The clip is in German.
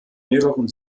mehreren